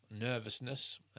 nervousness